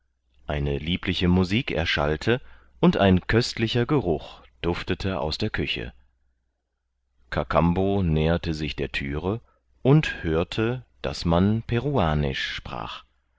eine liebliche musik erschallte und ein köstlicher geruch duftete aus der küche kakambo näherte sich der thüre und hörte daß man peruanisch sprach